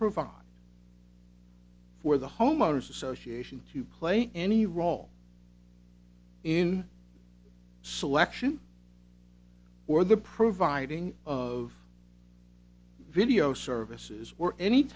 provide for the homeowners association to play any role in selection or the providing of video services were any